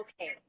okay